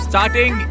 Starting